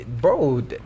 bro